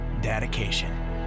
dedication